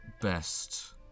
best